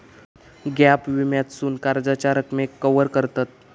gap विम्यासून कर्जाच्या रकमेक कवर करतत